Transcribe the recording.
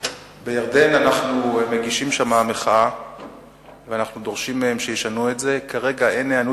חלק מהמטיילים נאלצים להחביא את התפילין